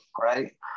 right